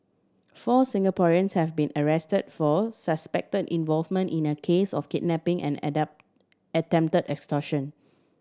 four Singaporeans have been arrest for suspect involvement in a case of kidnapping and attempted extortion